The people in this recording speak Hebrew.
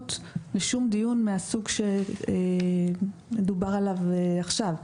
סמכות לשום דיון מהסוג שדובר עליו עכשיו.